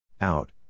Out